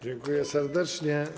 Dziękuję serdecznie.